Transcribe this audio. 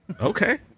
Okay